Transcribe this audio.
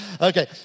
Okay